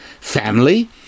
Family